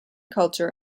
culture